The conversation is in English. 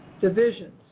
divisions